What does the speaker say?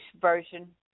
version